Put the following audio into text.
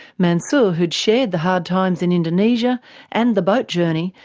mansour, who had shared the hard times in indonesia and the boat journey,